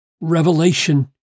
Revelation